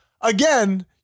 again